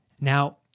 Now